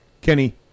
Kenny